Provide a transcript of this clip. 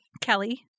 kelly